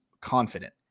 confident